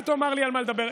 אל תאמר לי על מה לדבר.